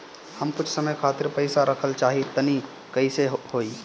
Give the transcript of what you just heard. हम कुछ समय खातिर पईसा रखल चाह तानि कइसे होई?